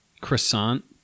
croissant